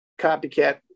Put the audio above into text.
copycat